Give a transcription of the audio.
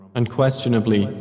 unquestionably